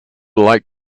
like